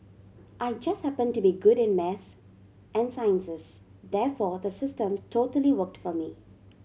I just happen to be good in maths and sciences therefore the system totally worked for me